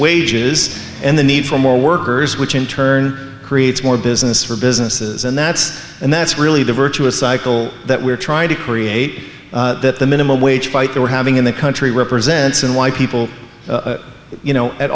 wages and the need for more workers which in turn creates more business for businesses and that's and that's really the virtuous cycle that we're trying to create that the minimum wage bite that we're having in the country represents and why people you know at